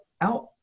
out